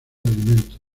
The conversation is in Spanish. alimentos